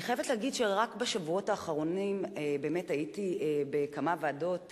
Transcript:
אני חייבת להגיד שרק בשבועות האחרונים הייתי בכמה ועדות,